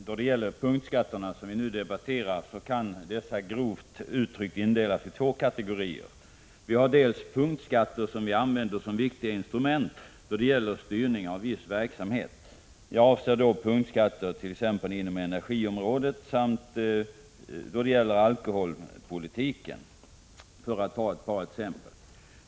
Herr talman! Punktskatterna, som vi nu debatterar, kan grovt indelas i två kategorier. Vi använder punktskatter som viktiga instrument då det gäller att styra viss verksamhet. Jag avser punktskatter inom energiområdet samt på alkoholpolitikens område, för att ta ett par exempel.